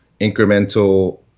incremental